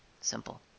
Simple